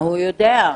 הוא יודע.